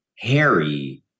Harry